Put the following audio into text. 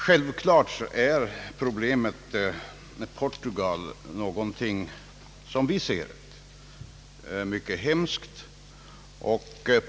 Självklart rymmer problemet med Portugal, som vi ser det, någonting mycket hemskt.